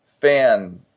fan